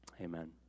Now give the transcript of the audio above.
Amen